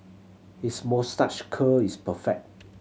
his moustache curl is perfect